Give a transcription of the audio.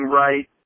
right